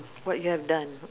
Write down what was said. what you have done